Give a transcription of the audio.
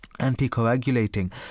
anticoagulating